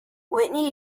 whitney